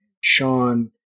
Sean